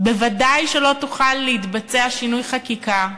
ודאי שלא יוכל להתבצע שינוי חקיקה,